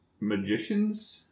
magicians